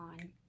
on